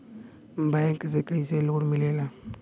Bank से कइसे loan मिलेला?